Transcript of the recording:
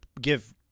give